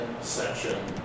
section